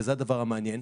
וזה הדבר המעניין,